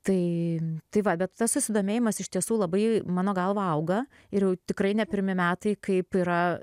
tai tai va bet tas susidomėjimas iš tiesų labai mano galva auga ir jau tikrai ne pirmi metai kaip yra